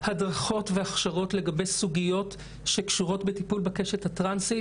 הדרכות והכשרות לגבי סוגיות שקשורות בטיפול בקשת הטרנסית.